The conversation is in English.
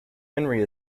henry